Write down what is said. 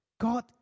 God